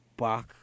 back